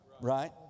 right